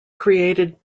created